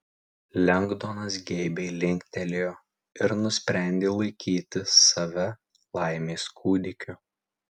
lengdonas geibiai linktelėjo ir nusprendė laikyti save laimės kūdikiu